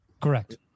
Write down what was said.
Correct